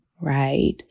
right